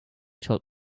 told